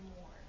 more